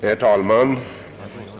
Herr talman!